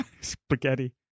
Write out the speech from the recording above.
Spaghetti